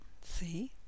see